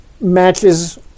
matches